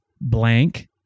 blank